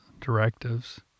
directives